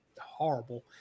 horrible